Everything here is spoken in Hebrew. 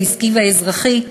העסקי והאזרחי,